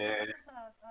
לא חומרה.